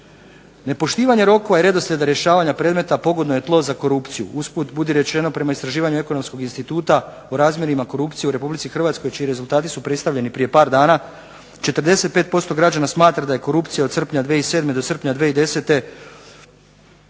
Nepoštivanje rokova i redoslijed rješavanja predmeta pogodno je tlo za korupciju. Uz put budi rečeno prema istraživanju Ekonomskog instituta o razmjerima korupcije u RH čiji rezultati su predstavljeni prije par dana, 45% građana smatra da je korupcije od 2007. do srpnja 2010.